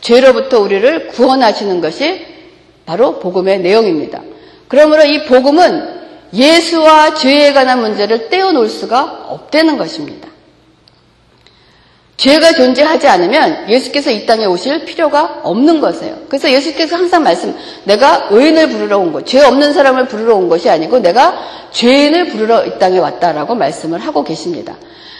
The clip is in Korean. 죄로부터 우리를 구원하시는 것이 바로 복음의 내용입니다. 그러므로 이 복음은 예수와 죄에 관한 문제를 떼어놓을 수가 없다는 것입니다. 죄가 존재하지 않으면 예수께서 이 땅에 오실 필요가 없는 거예요. 그래서 예수께서 항상 말씀, 내가 의인을 부르러 온 것, 죄 없는 사람을 부르러 온 것이 아니고 내가 죄인을 부르러 이 땅에 왔다라고 말씀을 하고 계십니다.